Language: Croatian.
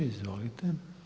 Izvolite.